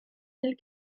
mille